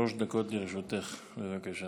שלוש דקות לרשותך, בבקשה.